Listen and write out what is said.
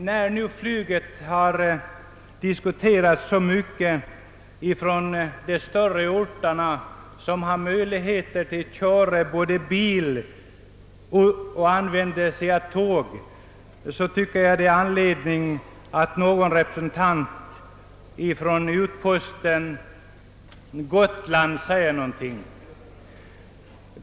När nu flyget har diskuterats så mycket av ledamöter från de större orterna, där man har möjligheter både att köra bil och att resa med tåg, så tycker jag att det finns anledning att någon representant för utposten Gotland säger någonting.